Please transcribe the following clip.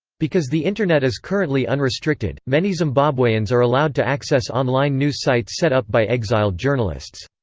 because the internet is currently unrestricted, many zimbabweans are allowed to access online news sites set up by exiled journalists.